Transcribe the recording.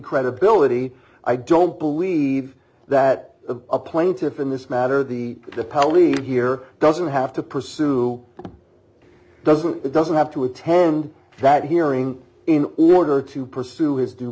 credibility i don't believe that the plaintiff in this matter the paoli here doesn't have to pursue it doesn't it doesn't have to attend that hearing in order to pursue his due